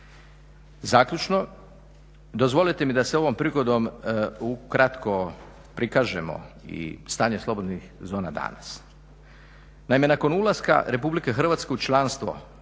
Zaključno dozvolite mi da se ovom prigodom ukratko prikažemo i stanje slobodnih zona danas. Naime, nakon ulaska Republike Hrvatske u članstvo